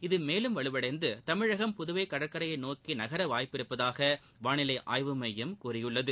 இது மேலும் வலுவனடந்து தமிழகம் புதுவை கடற்கரையை நோக்கி நகர வாய்ப்பு உள்ளதாக வாளிலை ஆய்வு மையம் கூறியுள்ளது